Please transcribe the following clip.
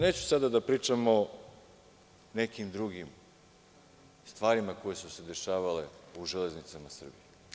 Neću sada da pričamo o nekim drugim stvarima koje su se dešavale u „Železnici“ Srbije.